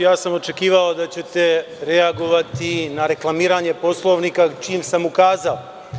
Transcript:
Očekivao sam da ćete reagovati na reklamiranje Poslovnika čim sam ukazao.